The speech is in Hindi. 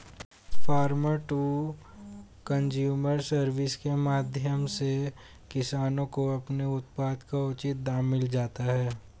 फार्मर टू कंज्यूमर सर्विस के माध्यम से किसानों को अपने उत्पाद का उचित दाम मिल जाता है